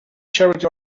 charity